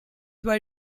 why